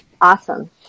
Awesome